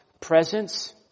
presence